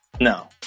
No